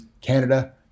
Canada